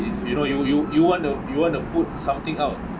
you know you you you want to you want to put something out